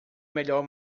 melhor